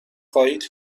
خواهید